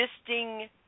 existing